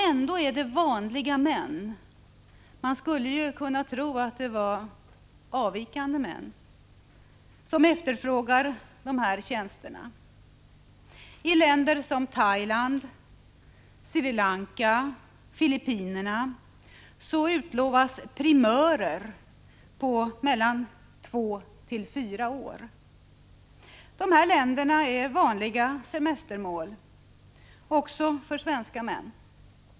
Ändå är det vanliga män — man skulle kunna tro att det var avvikande män — som efterfrågar dessa tjänster. I länder som Thailand, Sri Lanka och Filippinerna utlovas ”primörer” på mellan två och fyra år. Dessa länder är vanliga semestermål — också för svenska män.